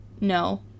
no